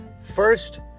first